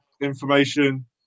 information